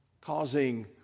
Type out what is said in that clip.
causing